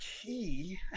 key